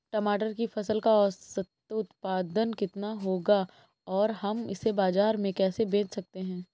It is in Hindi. टमाटर की फसल का औसत उत्पादन कितना होगा और हम इसे बाजार में कैसे बेच सकते हैं?